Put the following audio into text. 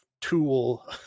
tool